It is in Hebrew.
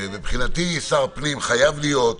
מבחינתי שר הפנים חייב להיות,